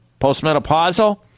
postmenopausal